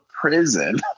prison